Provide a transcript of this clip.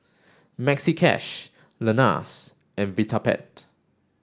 Maxi Cash Lenas and Vitapet